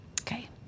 okay